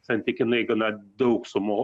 santykinai gana daug sumo